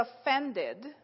offended